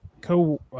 co